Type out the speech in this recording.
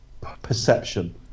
perception